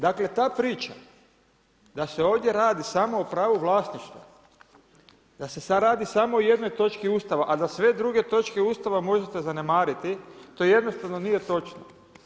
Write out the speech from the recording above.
Dakle ta priča da se ovdje radi samo o pravu vlasništva, da se radi samo o jednoj točki Ustava a da sve druge točke Ustava možete zanemariti to jednostavno nije točno.